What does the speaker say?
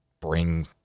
bring